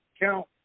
count